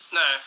no